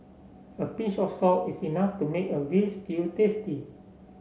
a pinch of salt is enough to make a veal stew tasty